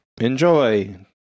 Enjoy